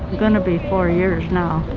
gonna be four years now.